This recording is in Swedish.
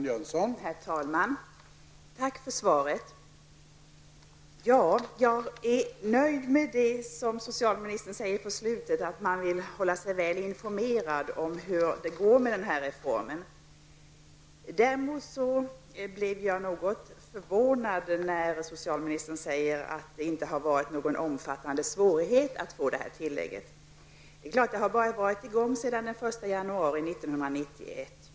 Herr talman! Tack för svaret. Jag är nöjd med det som socialministern säger på slutet, nämligen att regeringen vill hålla sig väl informerad om hur det går med denna reform. Däremot blev jag något förvånad när socialministern sade att det inte har varit någon omfattande svårighet att få detta pensionstillägg. Lagstiftningen om detta särskilda pensionstillägg trädde i kraft så sent som den 1 januari 1991.